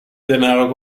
denaro